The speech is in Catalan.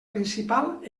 principal